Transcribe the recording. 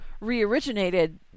re-originated